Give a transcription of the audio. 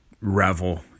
revel